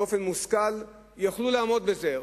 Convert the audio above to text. באופן מושכל, ויוכלו לעמוד בזה.